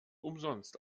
umsonst